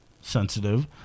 sensitive